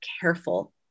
careful